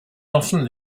often